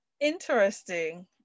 interesting